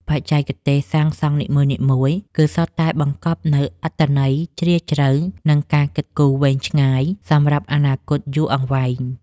បច្ចេកទេសសាងសង់នីមួយៗគឺសុទ្ធតែបង្កប់នូវអត្ថន័យជ្រាលជ្រៅ និង ការគិតគូរវែងឆ្ងាយសម្រាប់អនាគតយូរអង្វែង។